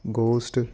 ghost